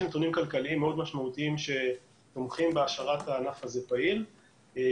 יש נתונים כלכליים מאוד משמעותיים שתומכים בהשארת הענף הזה פעיל.